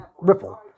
Ripple